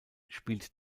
spielte